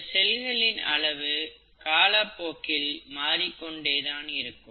இந்த செல்களின் அளவு காலப்போக்கில் மாறி கொண்டே தான் இருக்கும்